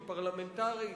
היא פרלמנטרית,